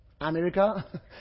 America